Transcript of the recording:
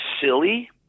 silly